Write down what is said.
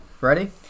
ready